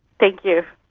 thank you.